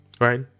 right